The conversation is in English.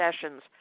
sessions